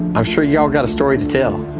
i'm sure y'all got a story to tell